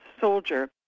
soldier